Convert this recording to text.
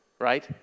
right